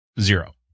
zero